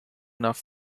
enough